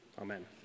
Amen